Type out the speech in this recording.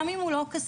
גם אם הוא לא כספי,